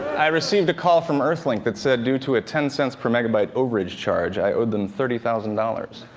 i received a call from earthlink that said, due to a ten cents per megabyte overage charge, i owed them thirty thousand dollars.